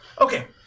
Okay